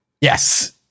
Yes